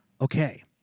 okay